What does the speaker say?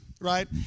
right